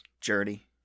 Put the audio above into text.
journey